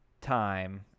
time